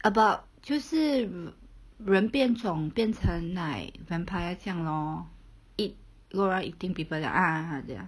about 就是人变种变成 like vampire 这样 lor eat eating people ah ah 这样